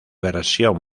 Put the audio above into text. versión